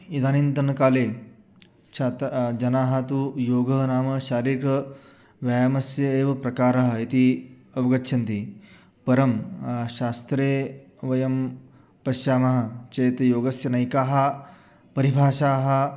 इदानीन्तनकाले छात्रः जनाः तु योगः नाम शारीरव्यायामस्य एव प्रकाराः इति अवगच्छन्ति परं शास्त्रे वयं पश्यामः चेत् योगस्य नैकाः परिभाषाः